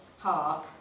park